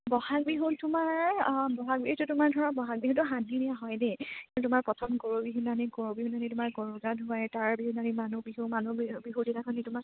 বহাগ বিহু তোমাৰ বহাগ বিহুটো তোমাৰ ধৰক বহাগ বিহুটো সাতদিনিয়া হয় দেই কিন্তু তোমাৰ প্ৰথম গৰু বিহুদিনাখনি গৰু বিহুদিনাখনি তোমাৰ গৰু গা ধুৱায় তাৰ পিছদিনাখনি মানুহ বিহু মানুহ বিহুদিনাখনি তোমাৰ